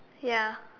ya